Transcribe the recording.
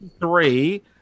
three